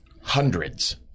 Hundreds